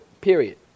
period